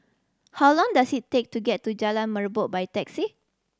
how long does it take to get to Jalan Merbok by taxi